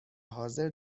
حاضر